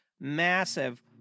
massive